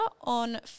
on